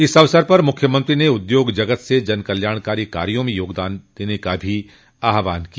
इस अवसर पर मुख्यमंत्री ने उद्योग जगत से जनकल्याणकारी कार्यों में योगदान देने का भी आह्वान किया